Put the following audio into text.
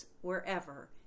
wherever